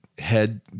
head